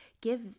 give